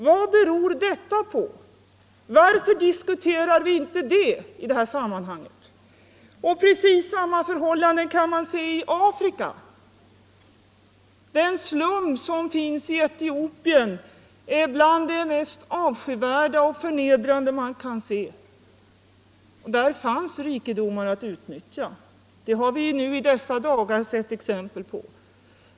Vad beror detta på? Varför diskuterar vi inte det i detta sammanhang? Precis samma förhållanden kan man se i Afrika. Den slum som finns i Etiopien är bland det mest avskyvärda och förnedrande man kan se. Och där fanns det rikedomar att utnyttja, det har vi i dessa dagar sett exempel på.